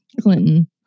Clinton